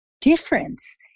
difference